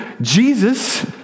Jesus